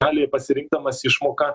gali pasirinkdamas išmoką